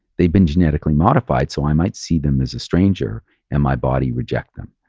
they've been genetically modified. so i might see them as a stranger and my body reject them.